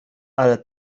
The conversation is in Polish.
ale